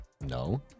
No